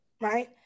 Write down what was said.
right